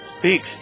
speaks